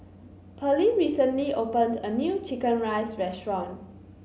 Pearlene recently opened a new chicken rice restaurant